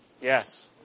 Yes